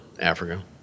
Africa